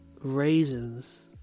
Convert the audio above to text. raisins